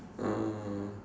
ah